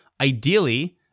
Ideally